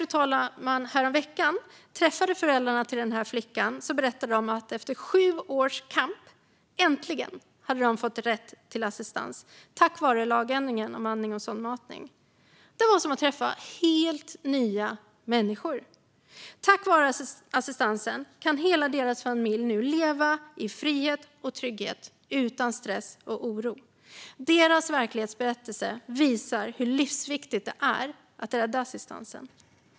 När jag häromveckan träffade föräldrarna till den lilla flickan berättade de att de efter sju års kamp äntligen hade fått rätt till assistans, tack vare lagändringen om andning och sondmatning. Det var som att träffa helt nya människor. Tack vare assistansen kan hela familjen nu leva i frihet och trygghet utan stress och oro. Deras verklighetsberättelse visar hur livsviktigt det är att rädda rätten till assistans.